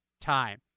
time